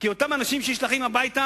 כי אותם אנשים שנשלחים הביתה,